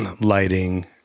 lighting